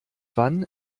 wann